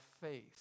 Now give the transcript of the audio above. faith